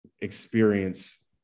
experience